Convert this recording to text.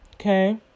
Okay